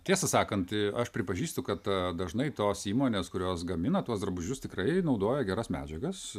tiesą sakant aš pripažįstu kad dažnai tos įmonės kurios gamina tuos drabužius tikrai naudoja geras medžiagas